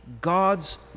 God's